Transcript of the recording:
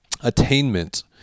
attainment